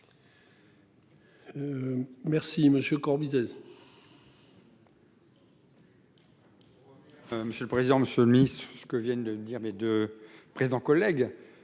Merci monsieur Corbizet.